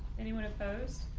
anyone opposed?